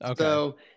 Okay